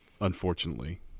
Unfortunately